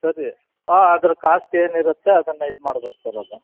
ಸರಿ ಆಂ ಅದ್ರ ಕಾಸ್ಟ್ ಏನಿರುತ್ತೆ ಅದನ್ನ ಇದು ಮಾಡ್ಬೇಕು ಸರ್ ಅದು